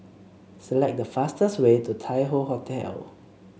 select the fastest way to Tai Hoe Hotel